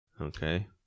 okay